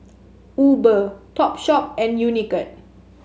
Uber Topshop and Unicurd